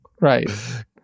right